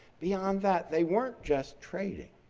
beyond that they weren't just trading,